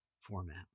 format